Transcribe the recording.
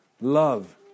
love